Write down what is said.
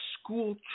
school